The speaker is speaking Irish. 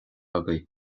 agaibh